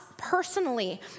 personally